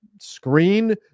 screen